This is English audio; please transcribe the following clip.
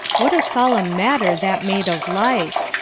what a solemn matter that made of life!